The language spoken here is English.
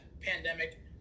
pandemic